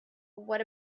what